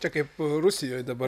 čia kaip rusijoj dabar